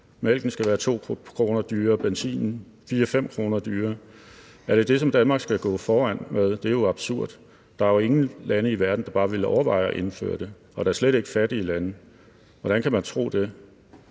mælken skal være 2 kr. dyrere og benzinen 4-5 kr. dyrere. Er det det, som Danmark skal gå foran med? Det er jo absurd. Der er jo ingen lande i verden, der bare ville overveje at indføre det, og da slet ikke fattige lande. Hvordan kan man tro det?